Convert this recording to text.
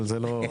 אבל זה לא,